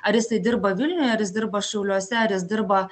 ar jisai dirba vilniuj ar jis dirba šiauliuose ar jis dirba